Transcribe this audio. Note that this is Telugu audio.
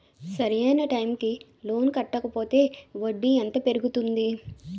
సరి అయినా టైం కి లోన్ కట్టకపోతే వడ్డీ ఎంత పెరుగుతుంది?